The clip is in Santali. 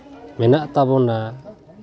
ᱢᱮᱱᱟᱜ ᱛᱟᱵᱚᱱᱟ